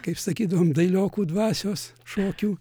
kaip sakydavom dailiokų dvasios šokių